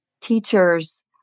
teachers